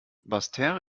basseterre